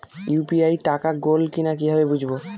UPI টাকা গোল কিনা কিভাবে বুঝব?